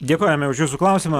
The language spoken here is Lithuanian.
dėkojame už jūsų klausimą